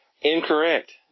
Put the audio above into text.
Incorrect